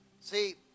See